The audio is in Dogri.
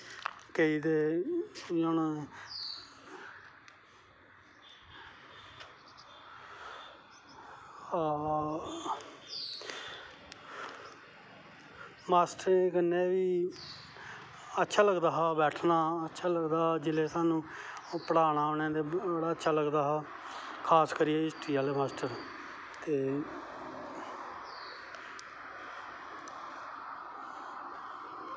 केंई ते जियां हून हां माश्टरें कन्नै बी अच्छा लगदा हा बैठनां अच्छा लगदा ही जिसलै स्हानू पढ़ाना उनें ते बड़ा अच्छा लगदा हा खास करियै हिस्टरी आह्ला मास्टर